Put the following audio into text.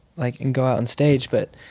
like, and go out onstage, but